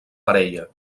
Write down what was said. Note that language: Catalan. parella